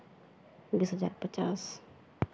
बीस हजार पचास